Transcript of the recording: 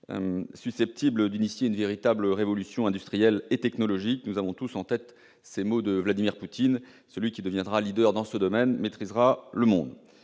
susceptible d'initier une véritable révolution industrielle et technologique- nous avons tous en tête ces mots de Vladimir Poutine, selon lequel « celui qui deviendra dans ce domaine maîtrisera le monde